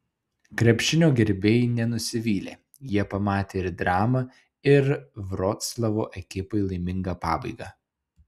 krepšinio gerbėjai nenusivylė jie pamatė ir dramą ir vroclavo ekipai laimingą pabaigą